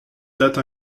date